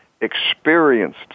experienced